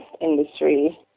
industry